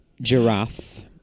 giraffe